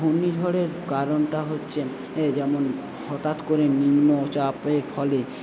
ঘূর্ণিঝড়ের কারণটা হচ্ছে যেমন হঠৎ করে নিম্নচাপের ফলে